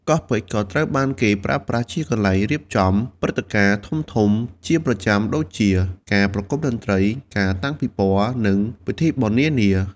កោះពេជ្រក៏ត្រូវបានគេប្រើប្រាស់ជាកន្លែងរៀបចំព្រឹត្តិការណ៍ធំៗជាប្រចាំដូចជា ការប្រគំតន្ត្រី ការតាំងពិព័រណ៍ និងពិធីបុណ្យនានា។